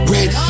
Red